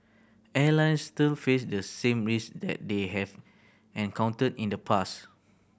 airlines still face the same risk that they have encountered in the past